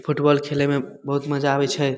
football खेलैमे बहुत मजा आबै छै